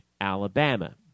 Alabama